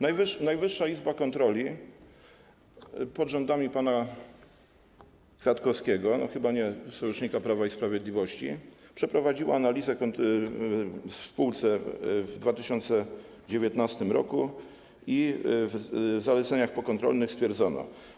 Najwyższa Izba Kontroli pod rządami pana Kwiatkowskiego, chyba nie sojusznika Prawa i Sprawiedliwości, przeprowadziła analizę w spółce w 2019 r. i w zaleceniach pokontrolnych stwierdzono: